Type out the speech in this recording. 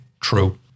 True